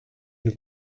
une